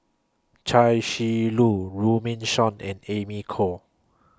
Chia Shi Lu Runme Shaw and Amy Khor